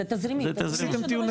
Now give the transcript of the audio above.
עשיתם דיונים